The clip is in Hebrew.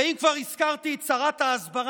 ואם כבר הזכרתי את שרת ההסברה,